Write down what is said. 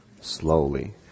slowly